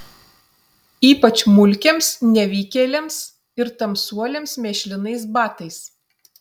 ypač mulkiams nevykėliams ir tamsuoliams mėšlinais batais